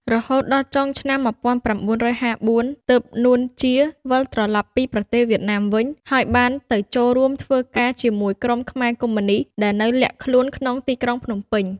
រហូតដល់ចុងឆ្នាំ១៩៥៤ ទើប នួន ជា វិលត្រឡប់ពីប្រទេសវៀតណាមវិញ ហើយបានទៅចូលរួមធ្វើការជាមួយក្រុមខ្មែរកុម្មុយនិស្ត ដែលនៅលាក់ខ្លួនក្នុងទីក្រុងភ្នំពេញ។